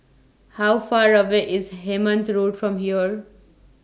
How Far away IS Hemmant Road from here